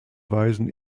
weisen